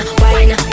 wine